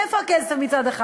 מצד אחד,